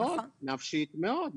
מאוד מאוד, נפשית מאוד.